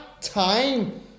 time